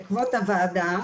בעקבות הוועדה,